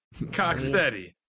Cocksteady